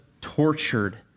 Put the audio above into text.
tortured